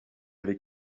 avait